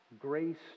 grace